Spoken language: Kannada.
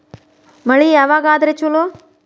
ಮಳಿ ಯಾವಾಗ ಆದರೆ ಛಲೋ?